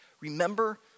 Remember